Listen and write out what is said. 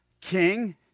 king